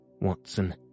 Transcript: Watson